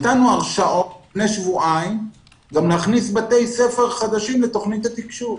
נתנו הרשאות לפני שבועיים גם להכניס בתי ספר חדשים לתכנית התקשוב.